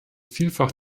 vielfach